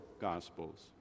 gospels